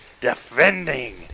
defending